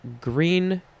Green